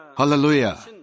Hallelujah